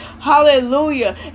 hallelujah